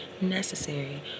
necessary